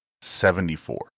seventy-four